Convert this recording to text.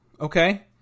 okay